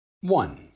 One